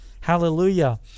Hallelujah